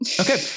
Okay